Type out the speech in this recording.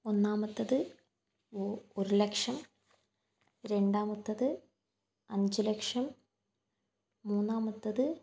ഒന്നാമത്തത് ഒ ഒരു ലക്ഷം രണ്ടാമത്തത് അഞ്ച് ലക്ഷം മൂന്നാമത്തത്